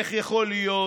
איך יכול להיות